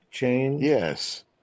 Yes